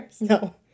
no